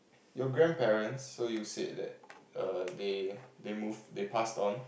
your grandparents so you said that err they they moved they passed on